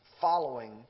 following